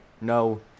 No